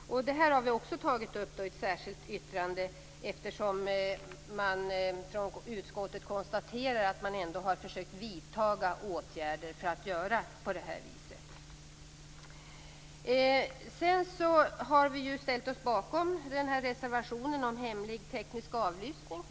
Det har vi också tagit upp i ett särskilt yttrande, eftersom utskottet konstaterar att man har försökt att vidta åtgärder. Vi har ställt oss bakom reservationen om hemlig teknisk avlyssning.